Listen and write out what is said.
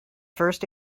first